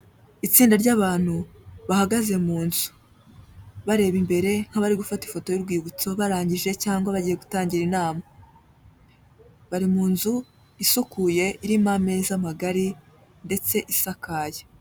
Itsinda ry'abantu bahagaze mu nzu bareba imbere nk'abari gufata ifoto y'urwibutso barangije cyangwa bagiye gutangira inama, bari mu nzu isukuye irimo ameza magari ndetse isakaye.